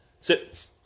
sit